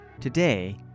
today